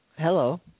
Hello